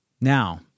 Now